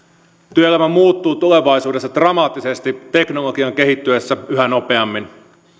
työelämä muuttuu tulevaisuudessa dramaattisesti teknologian kehittyessä yhä nopeammin